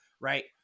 right